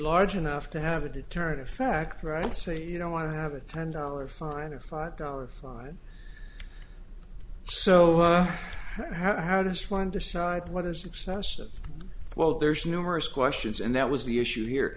large enough to have a deterrent factor i'd say you don't want to have a ten dollar fine or five dollar fine so how does one decide what is excessive while there's numerous questions and that was the issue here